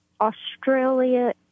Australia